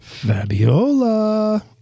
Fabiola